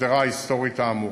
בשדרה ההיסטורית האמורה,